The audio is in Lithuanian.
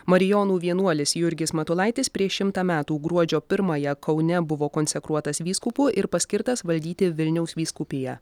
marijonų vienuolis jurgis matulaitis prieš šimtą metų gruodžio pirmąją kaune buvo konsekruotas vyskupu ir paskirtas valdyti vilniaus vyskupiją